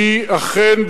היא אכן,